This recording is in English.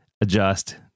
adjust